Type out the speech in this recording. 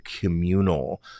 communal